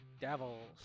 Devils